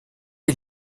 est